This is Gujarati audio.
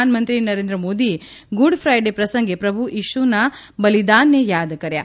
પ્રધાનમંત્રી નરેન્દ્ર મોદીએ ગુડ ફાઇડ પ્રસંગે પ્રભુ ઈશુના બલિદાનને યાદ કર્યા